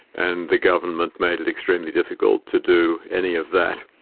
and the government made it extremely difficult to do any of that.